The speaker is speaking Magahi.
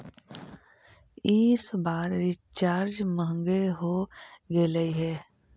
इस बार रिचार्ज महंगे हो गेलई हे